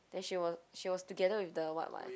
then she was she was together with the what what